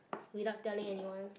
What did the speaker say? without telling anyone